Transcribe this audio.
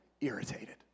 irritated